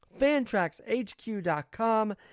FantraxHQ.com